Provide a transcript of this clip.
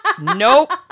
Nope